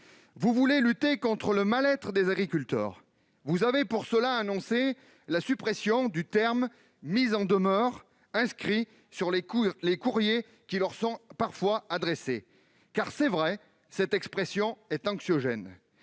Vous voulez lutter contre le mal-être des agriculteurs. Pour cela, vous avez annoncé la suppression des termes « mise en demeure » inscrits sur les courriers qui leur sont parfois adressés - car, c'est vrai, cette expression est anxiogène.